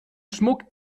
schmuck